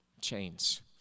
Chains